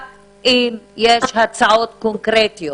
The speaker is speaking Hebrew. רק אם יש הצעות קונקרטיות.